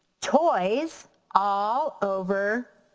toys all over